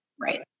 right